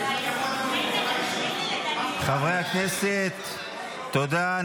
חברי הכנסת, תודה.